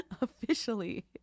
Officially